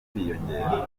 kwiyongera